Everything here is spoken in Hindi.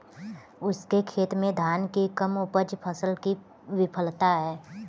उसके खेत में धान की कम उपज फसल की विफलता है